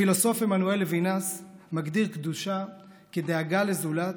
הפילוסוף עמנואל לוינס מגדיר קדושה כ"דאגה לזולת